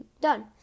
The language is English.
done